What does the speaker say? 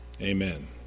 Amen